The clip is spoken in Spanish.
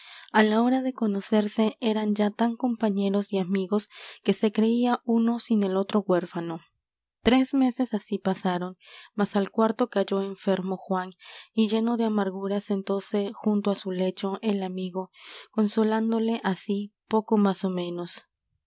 á la hora de conocerse eran ya tan compañeros y amigos que se creía uno sin el otro huérfano tres meses así pasaron mas al cuarto cayó enfermo juan y lleno de amargura sentóse junto á su lecho el amigo consolándole así poco más ó menos